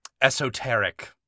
Esoteric